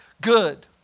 good